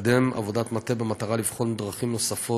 ומקדם עבודת מטה במטרה לבחון דרכים נוספות